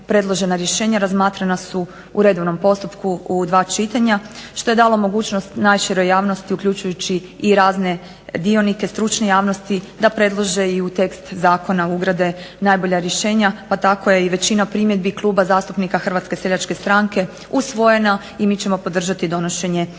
razmatrana su u redovnom postupku u dva čitanja što je dalo mogućnost najširoj javnosti uključujući i razne dionike stručne javnosti da predlože i u tekst zakona ugrade najbolja rješenja pa tako je i većina primjedbi Kluba zastupnika HSS-a usvojena i mi ćemo podržati donošenje ovog